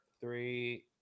three